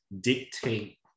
dictate